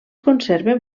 conserven